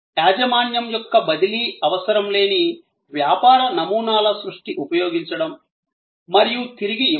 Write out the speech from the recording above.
యాజమాన్యం యొక్క బదిలీ అవసరం లేని వ్యాపార నమూనాల సృష్టి ఉపయోగించడం మరియు తిరిగి ఇవ్వడం